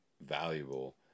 valuable